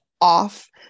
off